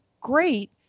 great